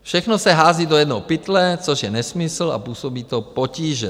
Všechno se hází do jednoho pytle, což je nesmysl, a působí to potíže.